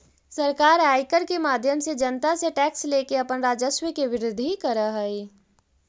सरकार आयकर के माध्यम से जनता से टैक्स लेके अपन राजस्व के वृद्धि करऽ हई